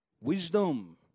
wisdom